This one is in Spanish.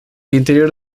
interior